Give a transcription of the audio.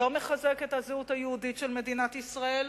לא מחזק את הזהות היהודית של מדינת ישראל,